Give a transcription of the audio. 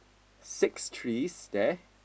six trees there